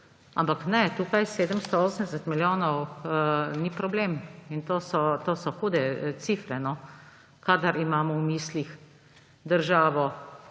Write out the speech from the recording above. Ampak ne, tukaj 780 milijonov ni problem in to so hude cifre, kadar imamo v mislih državo